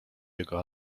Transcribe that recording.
jego